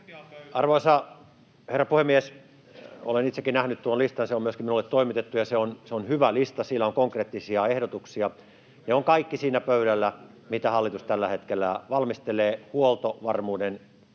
Arvoisa herra puhemies! Olen itsekin nähnyt tuon listan, se on myöskin minulle toimitettu, ja se on hyvä lista, siinä on konkreettisia ehdotuksia. Ne ovat kaikki siinä pöydällä, kun hallitus tällä hetkellä valmistelee toimia huoltovarmuuden